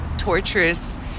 Torturous